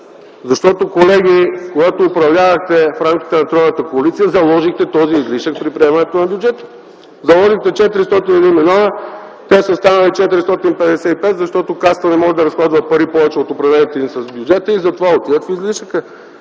Защото, колеги, когато управлявахте в рамките на тройната коалиция, заложихте този излишък с приемането на бюджета. Заложихте 401 млн. лв., те са станали 455 милиона, защото Касата не може да разходва пари повече от определените им с бюджета и затова отиват в излишъка.